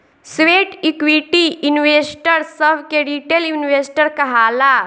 sweat equity investor सभ के retail investor कहाला